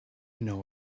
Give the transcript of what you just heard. know